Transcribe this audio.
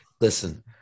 listen